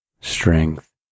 strength